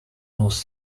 most